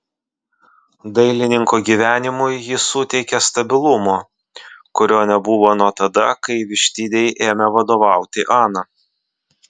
dailininko gyvenimui ji suteikė stabilumo kurio nebuvo nuo tada kai vištidei ėmė vadovauti ana